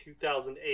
2008